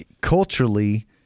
culturally